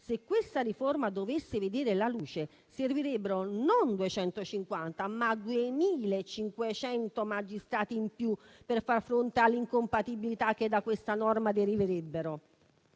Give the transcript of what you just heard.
Se questa riforma dovesse vedere la luce, servirebbero non 250 ma 2.500 magistrati in più per far fronte all'incompatibilità che da questa norma deriverebbe.